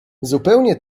zupełnie